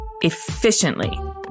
efficiently